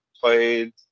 played